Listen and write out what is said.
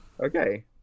Okay